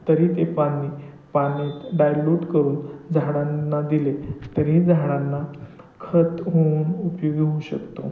तरी ते पाणी पाण्यात डायल्यूट करून झाडांना दिले तरी झाडांना खत होऊन उपयोगी होऊ शकतो